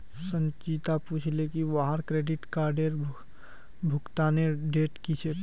संचिता पूछले की वहार क्रेडिट कार्डेर भुगतानेर डेट की छेक